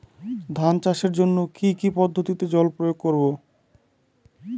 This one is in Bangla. ধান চাষের জন্যে কি কী পদ্ধতিতে জল প্রয়োগ করব?